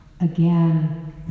again